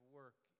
work